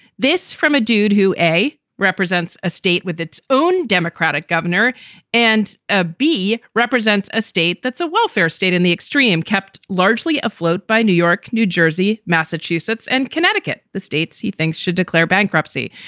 this from a dude who a represents a state with its own democratic governor and a b represents a state that's a welfare state in the extreme, kept largely afloat by new york, new jersey, massachusetts and connecticut, the states he thinks should declare bankruptcy.